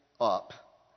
up